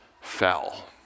fell